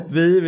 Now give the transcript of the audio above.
vi